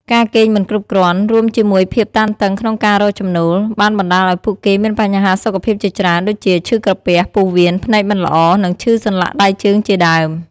ការគេងមិនគ្រប់គ្រាន់ រួមជាមួយភាពតានតឹងក្នុងការរកចំណូល បានបណ្ដាលឱ្យពួកគេមានបញ្ហាសុខភាពជាច្រើន ដូចជាឈឺក្រពះ ពោះវៀន ភ្នែកមិនល្អ និងឈឺសន្លាក់ដៃជើងជាដើម។